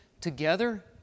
together